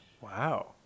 Wow